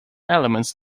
elements